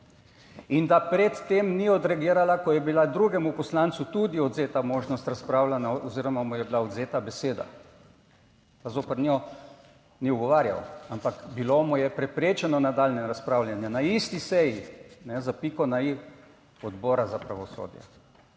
in da pred tem ni odreagirala, ko je bila drugemu poslancu tudi odvzeta možnost razpravljanja oziroma mu je bila odvzeta beseda, pa zoper njo ni ugovarjal, ampak bilo mu je preprečeno nadaljnje razpravljanje na isti seji, za piko na i Odbora za pravosodje,